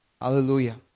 Hallelujah